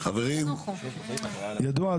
ידוע,